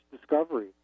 discovery